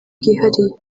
bwihariye